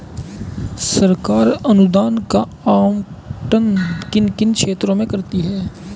सरकार अनुदान का आवंटन किन किन क्षेत्रों में करती है?